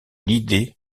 l’idée